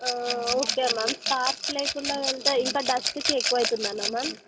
okay ma'am scarf లేకుండా వెళ్తే ఇంకా డస్ట్కి ఎక్కువైతుందనా మ్యామ్